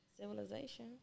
Civilization